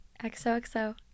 XOXO